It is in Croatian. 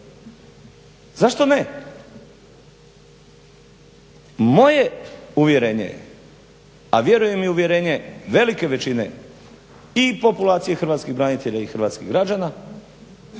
Zašto ne? Moje uvjerenje je, a vjerujem uvjerenje i velike većine i populacije hrvatskih branitelja i hrvatskih građana